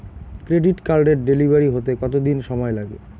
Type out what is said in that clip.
Credit কার্ডের delivery হতে কতদিন সময় লাগে?